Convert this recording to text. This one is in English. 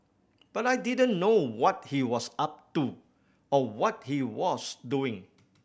but I didn't know what he was up to or what he was doing